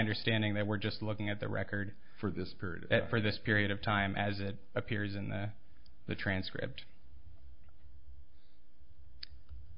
understanding that we're just looking at the record for this period for this period of time as it appears in the transcript